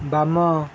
ବାମ